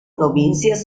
provincias